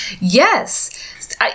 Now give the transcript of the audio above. Yes